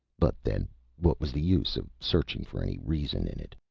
but then what was the use of searching for any reason in it?